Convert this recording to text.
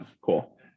Cool